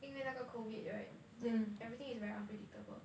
因为那个 COVID right then everything is very unpredictable